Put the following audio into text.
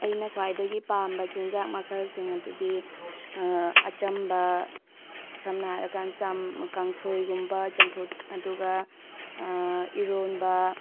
ꯑꯩꯅ ꯈ꯭ꯋꯥꯏꯗꯒꯤ ꯄꯥꯝꯕ ꯆꯤꯟꯖꯥꯛ ꯃꯈꯜꯁꯤꯡ ꯑꯗꯨꯗꯤ ꯑꯆꯝꯕ ꯁꯝꯅ ꯍꯥꯏꯔ ꯀꯥꯟꯗ ꯀꯥꯡꯁꯣꯏꯒꯨꯝꯕ ꯆꯝꯐꯨꯠ ꯑꯗꯨꯒ ꯏꯔꯣꯟꯕ